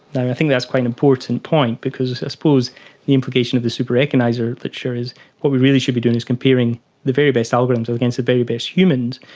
and i think that's quite an important point because i suppose the implication of the super recogniser literature is what we really should be doing is comparing the very best algorithms against the very best humans.